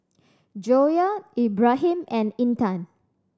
Joyah Ibrahim and Intan